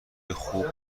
خوب